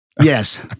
Yes